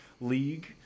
League